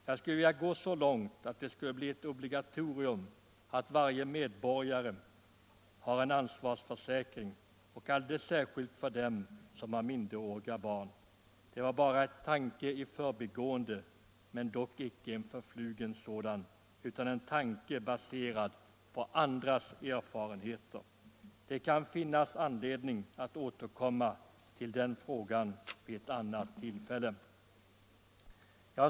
Jag skulle vilja gå så långt att jag sade, att det borde bli ett obligatorium att varje medborgare har en ansvarsförsäkring — alldeles särskilt de som har minderåriga barn. Detta var bara en tanke i förbigående, men dock icke en förflugen sådan, utan en tanke baserad på andras erfarenheter. Det kan finnas anledning att återkomma till den frågan vid ett annat tillfälle.